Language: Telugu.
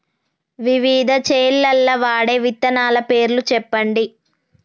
వివిధ చేలల్ల వాడే విత్తనాల పేర్లు చెప్పండి?